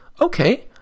Okay